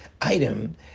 item